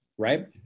right